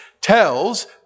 tells